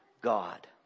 God